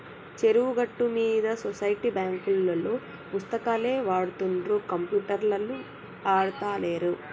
చెరువు గట్టు మీద సొసైటీ బాంకులోల్లు పుస్తకాలే వాడుతుండ్ర కంప్యూటర్లు ఆడుతాలేరా